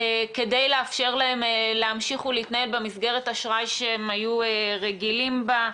כדי לאפשר להם להמשיך ולהתנהל במסגרת האשראי שהם היו רגילים לה.